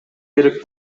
керек